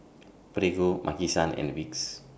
Prego Maki San and Vicks